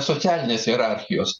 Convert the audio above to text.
socialinės hierarchijos